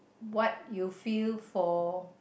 what you feel for